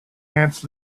ants